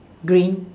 green